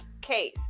case